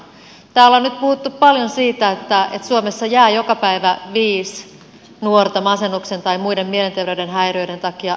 täällä on nyt puhuttu paljon siitä että suomessa jää joka päivä viisi nuorta masennuksen tai muiden mielenterveyden häiriöiden takia työkyvyttömyyseläkkeelle